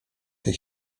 tej